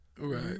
Right